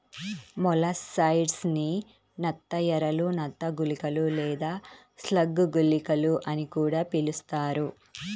molluscicides ని నత్త ఎరలు, నత్త గుళికలు లేదా స్లగ్ గుళికలు అని కూడా పిలుస్తారు